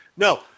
No